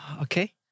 Okay